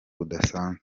budasanzwe